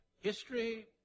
history